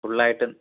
ഫുള്ളായിട്ട്